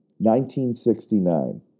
1969